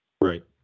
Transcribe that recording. Right